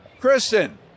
Kristen